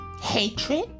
hatred